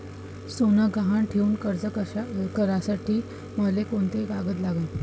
सोनं गहान ठेऊन कर्ज काढासाठी मले कोंते कागद लागन?